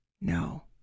No